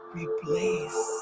replace